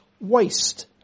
waste